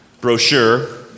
brochure